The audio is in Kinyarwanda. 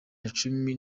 nacumi